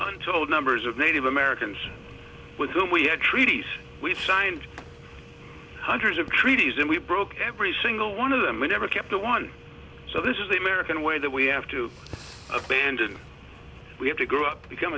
untold numbers of native americans with whom we had treaties we signed hundreds of treaties and we broke every single one of them never kept the one so this is the american way that we have to abandon we have to grow up become